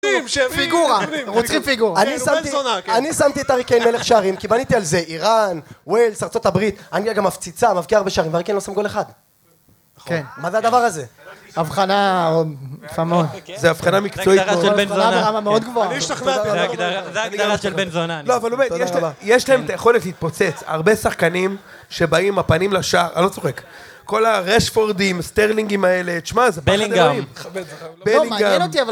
ש, פיגורה, רוצחים פיגורה. בן זונה, כן? אני שמתי את הארי קיין מלך שערים, כי בניתי על זה איראן, וויילס, ארצות הברית, אנגליה גם מפציצה, מבקיעה הרבה שערים, והארי קיין לא שם גול אחד. מה זה הדבר הזה? אבחנה, יפה מאד. זה אבחנה מקצועית מאוד גבוהה. זה אבחנה ברמה מאד גבוהה. אני השתכנעתי. זה ההגדרה של בן זונה. תודה רבה. לא, אבל באמת, יש להם את היכולת להתפוצץ, הרבה שחקנים שבאים עם הפנים לשער, אני לא צוחק, כל הרשפורדים, סטרלינגים האלה, תשמע, זה פחד אלוהים. בלינגהאם.